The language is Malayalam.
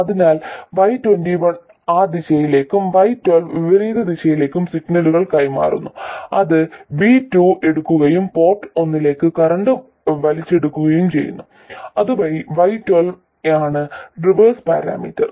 അതിനാൽ y21 ആ ദിശയിലേക്കും y12 വിപരീത ദിശയിലേക്കും സിഗ്നലുകൾ കൈമാറുന്നു അത് v2 എടുക്കുകയും പോർട്ട് ഒന്നിലേക്ക് കറന്റ് വലിച്ചെടുക്കുകയും ചെയ്യുന്നു അതുവഴി y12 ആണ് റിവേഴ്സ് പാരാമീറ്റർ